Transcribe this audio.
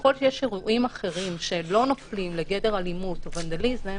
ככל שיש אירועים אחרים שהם לא נופלים לגדר אלימות או ונדליזם,